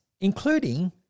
including